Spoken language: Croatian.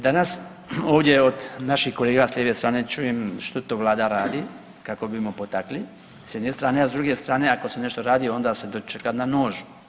Danas ovdje od naših kolega sa lijeve strane čujem što to Vlada radi kako bismo potakli s jedne strane, a s druge strane ako se nešto radi onda se dočeka na nož.